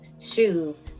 shoes